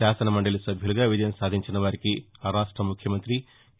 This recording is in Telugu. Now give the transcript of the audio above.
శాసన మండలి సభ్యులుగా విజయం సాధించిన వారికి ఆ రాష్ట ముఖ్యమంతి కే